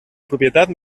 propietat